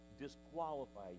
disqualify